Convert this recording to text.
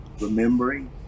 Remembering